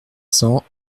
cent